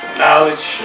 knowledge